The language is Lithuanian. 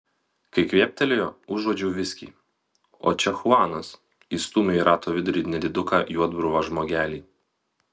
kai kvėptelėjo užuodžiau viskį o čia chuanas įstūmė į rato vidurį nediduką juodbruvą žmogelį